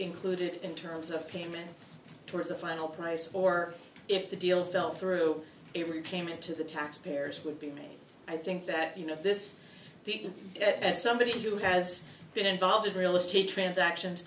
included in terms of payment towards the final price or if the deal fell through a repayment to the taxpayers would be i think that you know somebody who has been involved in real estate transactions